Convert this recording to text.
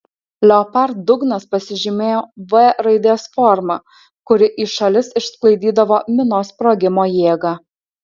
leopard dugnas pasižymėjo v raidės forma kuri į šalis išsklaidydavo minos sprogimo jėgą